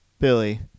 Billy